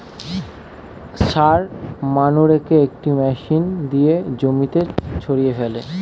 সার মানুরেকে একটা মেশিন দিয়ে জমিতে ছড়িয়ে ফেলে